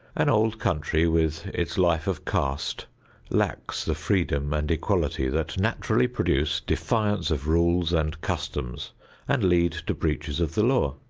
an old country with its life of caste lacks the freedom and equality that naturally produce defiance of rules and customs and lead to breaches of the law.